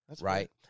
Right